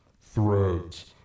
Threads